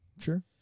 Sure